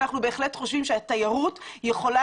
אנחנו בהחלט חושבים שהתיירות יכולה